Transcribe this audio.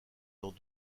dans